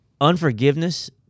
Unforgiveness